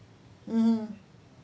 mm